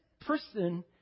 person